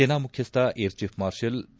ಸೇನಾ ಮುಖ್ಲಸ್ನ air chief marshal B